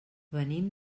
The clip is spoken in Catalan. venim